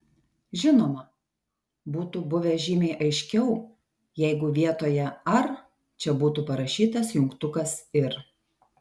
žinoma būtų buvę žymiai aiškiau jeigu vietoje ar čia būtų parašytas jungtukas ir